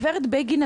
גברת בגין,